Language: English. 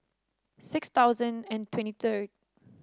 six thousand and twenty third